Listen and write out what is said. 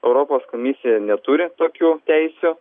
europos komisija neturi tokių teisių